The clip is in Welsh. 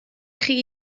chi